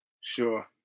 Sure